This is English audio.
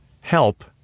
Help